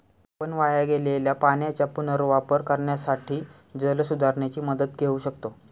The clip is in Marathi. आपण वाया गेलेल्या पाण्याचा पुनर्वापर करण्यासाठी जलसुधारणेची मदत घेऊ शकतो